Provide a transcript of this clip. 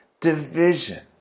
division